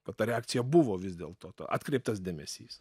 kad ta reakcija buvo vis dėlto ta atkreiptas dėmesys